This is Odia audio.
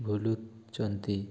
ବୁଲୁଛନ୍ତି